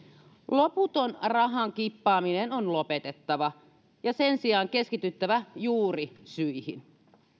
loputon rahan kippaaminen on lopetettava ja sen sijaan keskityttävä juurisyihin